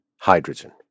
hydrogen